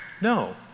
no